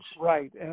Right